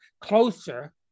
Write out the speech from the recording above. closer